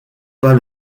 pas